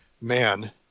man